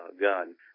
gun